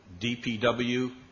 DPW